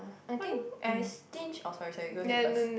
I think I stinge oh sorry sorry you go ahead first